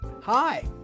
Hi